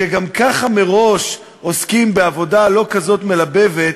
שגם ככה, מראש, עוסקים בעבודה לא כזאת מלבבת,